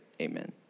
Amen